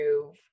move